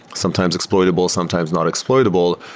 sometimes exploitable, sometimes not exploitable.